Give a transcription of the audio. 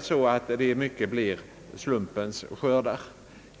stor utsträckning fått karaktären av slumpens skördar.